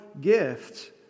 gift